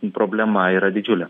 problema yra didžiulė